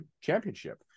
championship